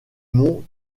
mont